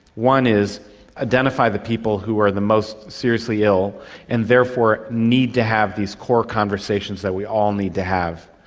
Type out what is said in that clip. one is identify the people who are the most seriously ill and therefore need to have these core conversations that we all need to have,